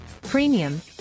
premium